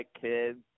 kids